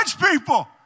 people